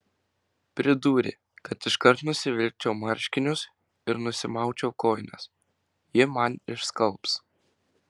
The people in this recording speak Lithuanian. pridūrė kad iškart nusivilkčiau marškinius ir nusimaučiau kojines ji man išskalbs